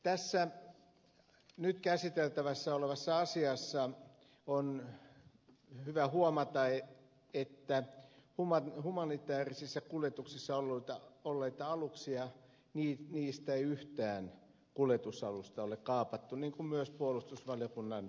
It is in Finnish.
tässä nyt käsiteltävänä olevassa asiassa on hyvä huomata että humanitäärisissä kuljetuksissa olleista aluksista ei yhtään kuljetusalusta ole kaapattu niin kuin myös puolustusvaliokunnan lausunto toteaa